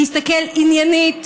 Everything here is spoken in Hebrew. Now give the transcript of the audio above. להסתכל עניינית.